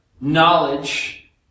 knowledge